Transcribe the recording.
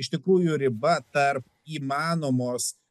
iš tikrųjų riba tarp įmanomos